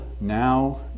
now